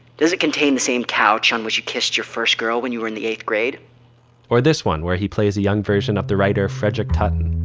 does it contain the same couch on which you kissed your first girl when you were in the eighth grade or this one where he plays a young version of the writer frederick hutton.